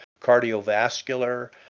cardiovascular